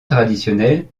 traditionnelle